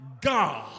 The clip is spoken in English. God